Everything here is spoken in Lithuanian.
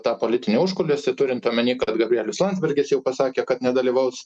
tą politinį užkulisį turint omeny kad gabrielius landsbergis jau pasakė kad nedalyvaus